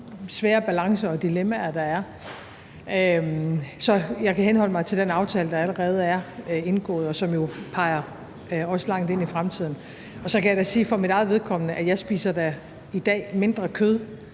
svære balancer og dilemmaer, der er. Så jeg kan henholde mig til den aftale, der allerede er indgået, og som jo også peger langt ind i fremtiden. Så kan jeg sige, at jeg for mit eget vedkommende da i dag spiser mindre kød,